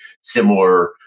similar